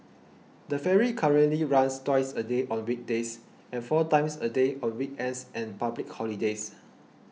the ferry currently runs twice a day on weekdays and four times a day on weekends and public holidays